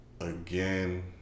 again